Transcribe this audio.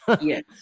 Yes